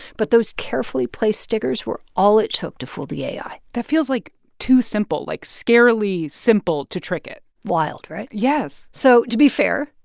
but those carefully placed stickers were all it took to fool the ai that feels, like, too simple, like scarily simple to trick it wild, right? yes so to be fair,